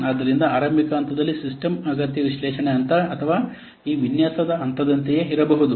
ಆದ್ದರಿಂದ ಆರಂಭಿಕ ಹಂತದಲ್ಲಿ ಸಿಸ್ಟಮ್ ಅಗತ್ಯ ವಿಶ್ಲೇಷಣೆ ಹಂತ ಅಥವಾ ಈ ವಿನ್ಯಾಸ ಹಂತದಂತೆಯೇ ಇರಬಹುದು